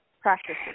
practices